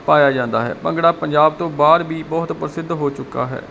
ਪਾਇਆ ਜਾਂਦਾ ਹੈ ਭੰਗੜਾ ਪੰਜਾਬ ਤੋਂ ਬਾਹਰ ਵੀ ਬਹੁਤ ਪ੍ਰਸਿੱਧ ਹੋ ਚੁੱਕਾ ਹੈ